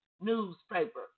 newspaper